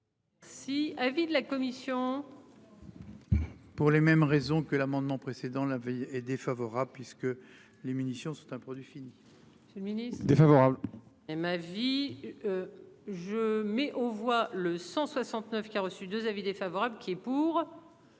Si avis de la commission. Pour les mêmes raisons que l'amendement précédent la veille et défavorable puisque les munitions, c'est un produit fini. Le ministre défavorable et ma vie. Je mets aux voix le 169 qui a reçu 2 avis défavorables. Qui est pour.